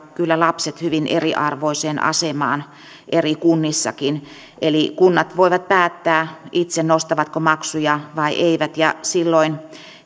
kyllä lapset hyvin eriarvoiseen asemaan eri kunnissakin kunnat voivat päättää itse nostavatko maksuja vai eivät ja silloin